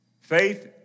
Faith